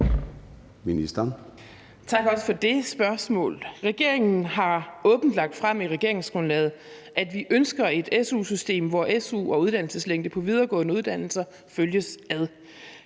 for også det spørgsmål. Regeringen har åbent lagt frem i regeringsgrundlaget, at vi ønsker et su-system, hvor su og uddannelseslængde på videregående uddannelser følges ad.